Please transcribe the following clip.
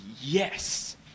yes